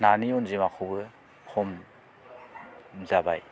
नानि अनजिमाखौबो खम जाबाय